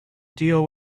deal